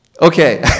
Okay